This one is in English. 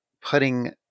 putting